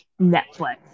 Netflix